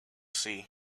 see